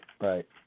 right